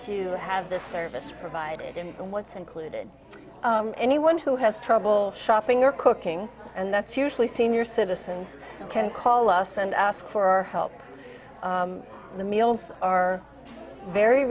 to have this service provided and what's included anyone who has trouble shopping or cooking and that's usually senior citizens can call us and ask for our help the meals are very